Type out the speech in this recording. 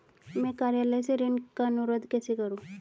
मैं कार्यालय से ऋण का अनुरोध कैसे करूँ?